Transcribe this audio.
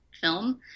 film